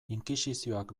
inkisizioak